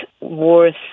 worth